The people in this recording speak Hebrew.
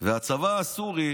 והצבא הסורי